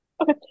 Okay